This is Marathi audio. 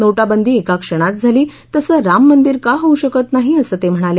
नोटाबंदी एका क्षणात झाली तसं राम मंदिर का होऊ शकत नाही असं ते म्हणाले